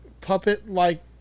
puppet-like